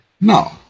No